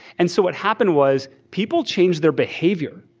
and so what happened was, people change their behavior.